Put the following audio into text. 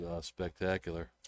spectacular